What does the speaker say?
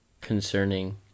concerning